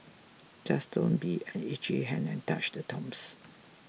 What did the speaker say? just don't be an itchy hand and touch the tombs